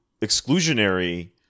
exclusionary